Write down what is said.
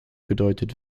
gedeutet